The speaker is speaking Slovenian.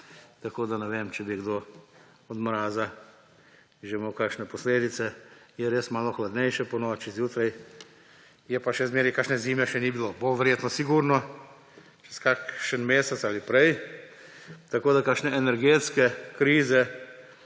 tako da ne vem, če bi kdo od mraza že imel kakšne posledice. Je res malo hladnejše ponoči, zjutraj, a še zmeraj kakšne zime še ni bilo. Bo verjetno sigurno čez kakšen mesec ali prej, tako da o kakšni energetski krizi